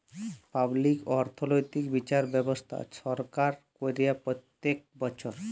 public অথ্থলৈতিক বিচার ব্যবস্থা ছরকার ক্যরে প্যত্তেক বচ্ছর